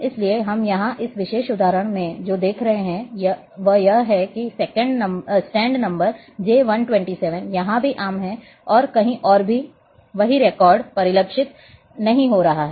इसलिए हम यहां इस विशेष उदाहरण में जो देख रहे हैं वह यह है कि स्टैंड नंबर J 127 यहां भी आम है और कहीं और भी वही रिकॉर्ड परिलक्षित नहीं हो रहे हैं